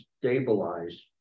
stabilize